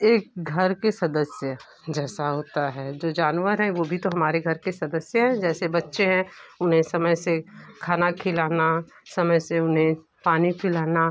एक घर के सदस्य जैसा होता है जो जानवर है वो भी तो हमारे घर के सदस्य हैं जैसे बच्चे हैं उन्हें समय से खाना खिलाना समय से उन्हें पानी पिलाना